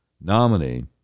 nominee